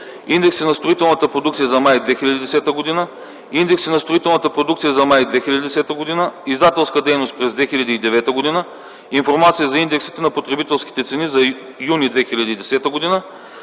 индекси на строителната продукция за м. май 2010 г.; - индекси на строителната продукция за м. май 2010 г.; издателска дейност през 2009 г.; - информация за индексите на потребителските цени за м. юни 2010 г.